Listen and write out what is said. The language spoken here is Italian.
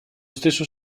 stesso